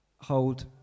hold